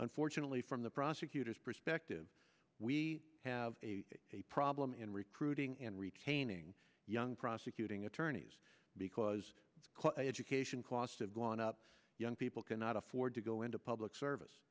unfortunately from the prosecutor's perspective we have a problem in recruiting and retaining young prosecuting attorneys because education costs have gone up young people cannot afford to go into public service